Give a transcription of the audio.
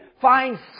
find